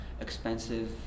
expensive